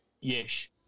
Yes